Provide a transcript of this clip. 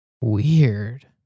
Weird